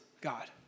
God